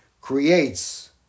creates